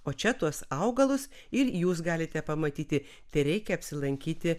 o čia tuos augalus ir jūs galite pamatyti tereikia apsilankyti